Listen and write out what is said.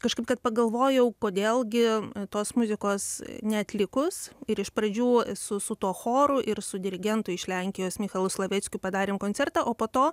kažkaip kad pagalvojau kodėl gi tos muzikos neatlikus ir iš pradžių su su tuo choru ir su dirigentu iš lenkijos michalu slaveckiu padarėm koncertą o po to